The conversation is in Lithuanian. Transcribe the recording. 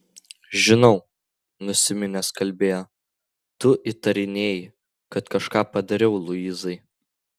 žinau nusiminęs kalbėjo tu įtarinėji kad kažką padariau luizai